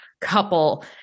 couple